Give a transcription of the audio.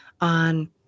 on